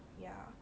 yeah